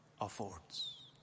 affords